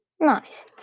Nice